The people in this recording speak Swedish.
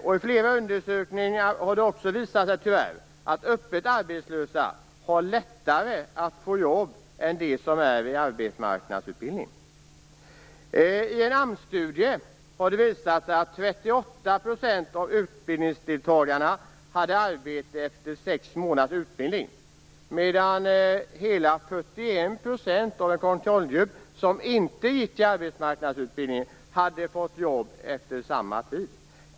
Och i flera undersökningar har det tyvärr också visat sig att öppet arbetslösa har lättare att få jobb än dem som är i arbetsmarknadsutbildning. I en AMS-studie har det visat sig att 38 % av utbildningsdeltagarna hade arbete efter sex månaders utbildning medan hela 41 % av en kontrollgrupp som inte ingick i arbetsmarknadsutbildningen hade fått jobb efter samma tid.